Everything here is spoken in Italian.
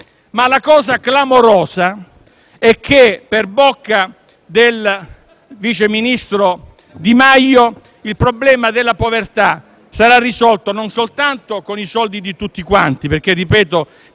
Ma la cosa clamorosa è che, per bocca del vice ministro Di Maio, il problema della povertà sarà risolto non soltanto con i soldi di tutti quanti (perché, ripeto,